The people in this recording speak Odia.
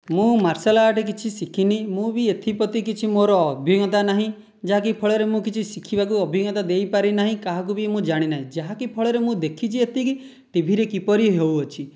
ମୁଁ ମାର୍ଶଲଆର୍ଟ କିଛି ଶିଖିନି ମୁଁ ବି ଏଥି ପ୍ରତି କିଛି ମୋର ଅଭିଜ୍ଞତା ନାହିଁ ଯାହାକି ଫଳରେ ମୁଁ କିଛି ଶିଖିବାକୁ ଅଭିଜ୍ଞତା ଦେଇ ପାରିନାହିଁ କାହାକୁ ବି ମୁଁ ଜାଣିନାହିଁ ଯାହାକି ଫଳରେ ମୁଁ ଦେଖିଛି ଏତିକି ଟିଭିରେ କିପରି ହେଉଅଛି